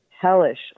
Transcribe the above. hellish